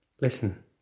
listen